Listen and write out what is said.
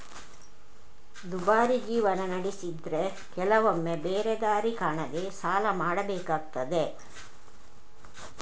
ದುಬಾರಿ ಜೀವನ ನಡೆಸಿದ್ರೆ ಕೆಲವೊಮ್ಮೆ ಬೇರೆ ದಾರಿ ಕಾಣದೇ ಸಾಲ ಮಾಡ್ಬೇಕಾಗ್ತದೆ